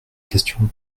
question